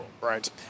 Right